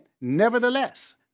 nevertheless